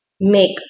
make